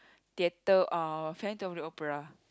theatre uh Phantom of the Opera